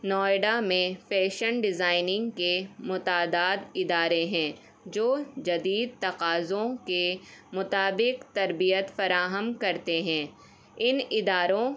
نوئیڈا میں fashion designing کے متعدد ادارے ہیں جو جدید تقاضوں کے مطابق تربیت فراہم کرتے ہیں ان اداروں